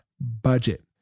budget